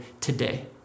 today